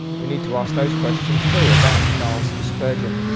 we need to ask those questions too about charles spurgeon.